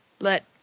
let